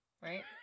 Right